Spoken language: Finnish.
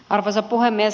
arvoisa puhemies